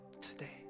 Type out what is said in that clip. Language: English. today